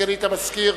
סגנית המזכיר,